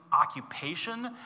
occupation